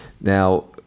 Now